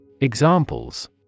Examples